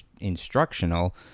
instructional